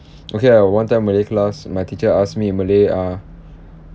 okay ah one time malay class my teacher asked me in malay uh